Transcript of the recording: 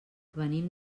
venim